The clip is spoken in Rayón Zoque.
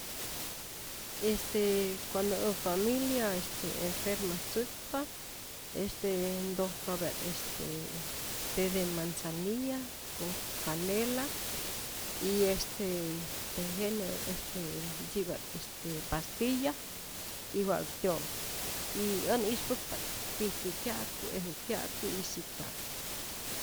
Este cuando äj familia este enfermatzäkpa, este ntojkapya't este te de manzanilla con canela y este tejenä este ntzi'pa't este paastiya y wa'k tyonhu, y än ispäkpa't pijkä kya'ku', eju kya'ku y sit ka'ku'.